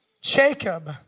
Jacob